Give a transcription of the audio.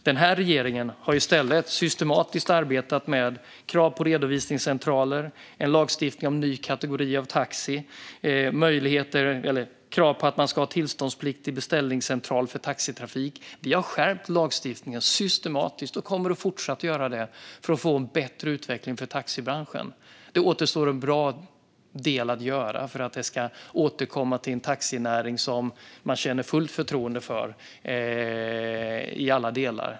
Den här regeringen har i stället systematiskt arbetat med krav på redovisningscentraler, en lagstiftning om ny kategori av taxi och krav på att man ska ha tillståndsplikt i beställningscentral för taxitrafik. Vi har systematiskt skärpt lagstiftningen och kommer att fortsätta att göra det för att få en bättre utveckling för taxibranschen. Det återstår en god del att göra för att vi ska komma tillbaka till en taxinäring som man känner fullt förtroende för i alla delar.